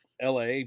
la